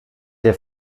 der